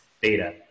beta